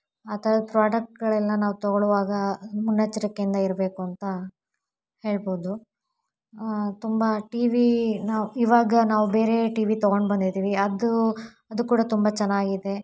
ಆ ಥರದ ಪ್ರಾಡಕ್ಟ್ಗಳೆಲ್ಲ ನಾವು ತೊಗೊಳ್ಳುವಾಗ ಮುನ್ನೆಚ್ಚರಿಕೆಯಿಂದ ಇರಬೇಕು ಅಂತ ಹೇಳ್ಬೋದು ತುಂಬ ಟಿ ವಿ ನಾವು ಇವಾಗ ನಾವು ಬೇರೆ ಟಿ ವಿ ತಗೊಂಡು ಬಂದಿದ್ದೀವಿ ಅದು ಅದು ಕೂಡ ತುಂಬ ಚೆನ್ನಾಗಿದೆ